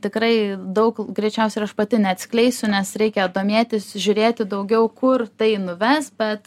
tikrai daug greičiausia ir aš pati neatskleisiu nes reikia domėtis žiūrėti daugiau kur tai nuves bet